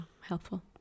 helpful